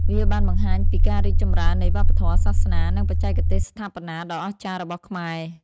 វាបានបង្ហាញពីការរីកចម្រើននៃវប្បធម៌ សាសនា និងបច្ចេកទេសស្ថាបនាដ៏អស្ចារ្យរបស់ខ្មែរ។